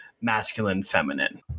masculine-feminine